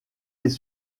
les